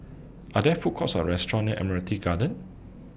Are There Food Courts Or Restaurant near Admiralty Garden